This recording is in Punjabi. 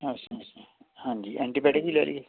ਅੱਛਾ ਅੱਛਾ ਹਾਂਜੀ ਐਂਟੀਬੈਟਿਕ ਵੀ ਲੈ ਲਈਏ